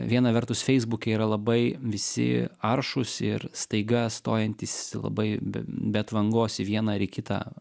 viena vertus feisbuke yra labai visi aršūs ir staiga stojantys labai b be atvangos į vieną ar į kitą